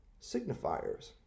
signifiers